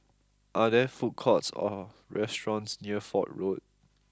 are there food courts or restaurants near Fort Road